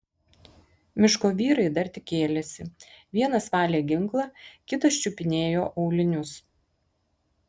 miško vyrai dar tik kėlėsi vienas valė ginklą kitas čiupinėjo aulinius